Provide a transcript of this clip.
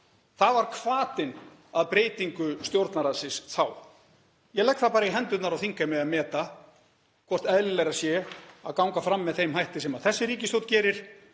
Það var hvatinn að breytingu Stjórnarráðsins þá. Ég legg það bara í hendurnar á þingheimi að meta hvort eðlilegra sé að ganga fram með þeim hætti sem þessi ríkisstjórn gerir